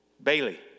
Bailey